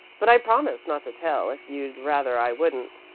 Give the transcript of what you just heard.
but i promise not to tell if you'd rather i wouldn't.